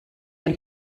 ein